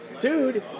Dude